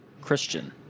Christian